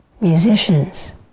Musicians